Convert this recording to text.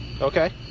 Okay